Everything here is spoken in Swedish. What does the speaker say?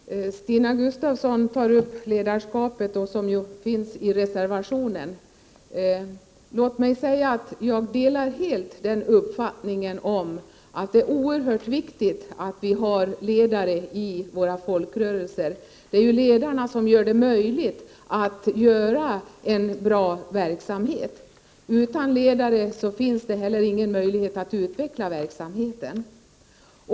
Herr talman! Stina Gustavsson tar upp det ledarskap som berörs i reservationen. Låt mig säga att jag helt delar uppfattningen att det är oerhört viktigt att vi har ledare i våra folkrörelser. Det är ledarna som gör det möjligt att driva en bra verksamhet. Utan ledare finns det heller ingen möjlighet att utveckla verksamheten.